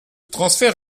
transfert